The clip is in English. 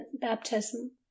baptism